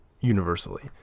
universally